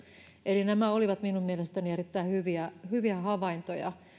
eli nämä olivat minun mielestäni erittäin hyviä hyviä havaintoja